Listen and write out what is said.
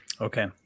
Okay